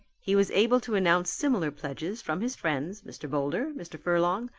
he was able to announce similar pledges from his friends, mr. boulder, mr. furlong,